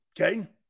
Okay